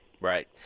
Right